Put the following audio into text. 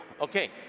okay